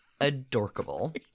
adorkable